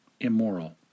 immoral